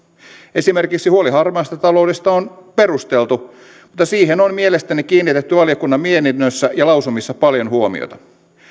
esimerkiksi huoli harmaasta taloudesta on perusteltu mutta siihen on mielestäni kiinnitetty valiokunnan mietinnössä ja lausumissa paljon huomiota